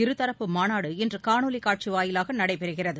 இருதரப்பு மாநாடு இன்று காணொலி காட்சி வாயிலாக நடைபெறுகிறது